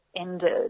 ended